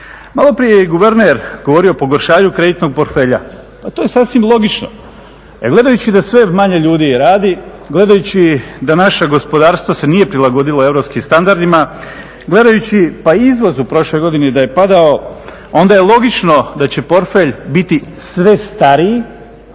Maloprije je i guverner govorimo o pogoršanju kreditnog portfelja. Pa to je sasvim logično, jer gledajući da sve manje ljudi radi, gledajući da naše gospodarstvo se nije prilagodilo europskim standardima, gledajući pa i izvoz u prošloj godini da je padao onda je logično da će portfelj biti sve stariji,